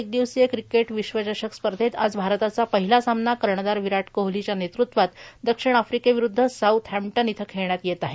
एक दिवसीय क्रिकेट विश्वचषक स्पर्धेत आज भारताचा पहिला सामना कर्णधार विराट कोहलीच्या नेतृत्वात दक्षिण आफ्रिकेविरूध्द साऊथ हॅम्टन इथं खेळण्यात येत आहे